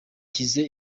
nshyize